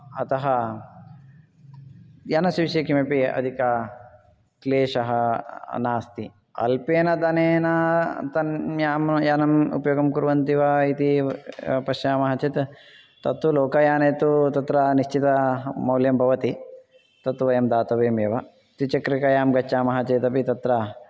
अतः यानस्य विषये किमपि अधिकः क्लेशः नास्ति अल्पेन धनेन तत् यानम् उपयोगं कुर्वन्ति वा इति पश्यामः चेत् तत् लोकयाने तु तत्र निश्चितमौल्यं भवति तत् वयं दातव्यमेव द्विचक्रिकायां गच्छामः चेत् अपि तत्र